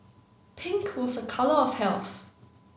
pink was a colour of health